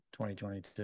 2022